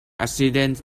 accident